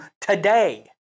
today